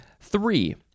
three